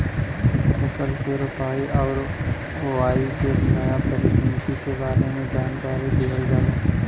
फसल के रोपाई आउर बोआई के नया तकनीकी के बारे में जानकारी दिहल जाला